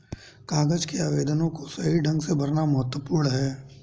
कागज के आवेदनों को सही ढंग से भरना महत्वपूर्ण है